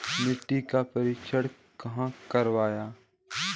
मिट्टी का परीक्षण कहाँ करवाएँ?